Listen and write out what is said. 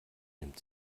nimmt